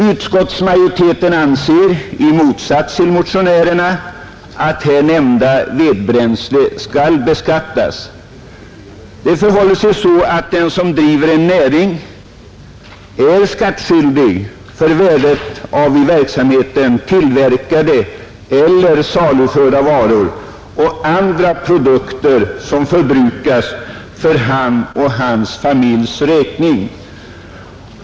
Utskottsmajoriteten anser i motsats till motionärerna att här nämnda vedbränsle skall beskattas. Den som driver en näring är nämligen skattskyldig för värdet av i verksamheten tillverkade eller saluförda varor och andra produkter som förbrukas för hans och hans familjs räkning.